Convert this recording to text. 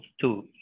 two